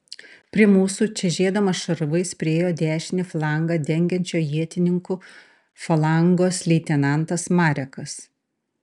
prie mūsų čežėdamas šarvais priėjo dešinį flangą dengiančio ietininkų falangos leitenantas marekas